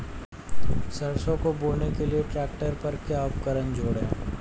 सरसों को बोने के लिये ट्रैक्टर पर क्या उपकरण जोड़ें?